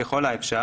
ככל האפשר,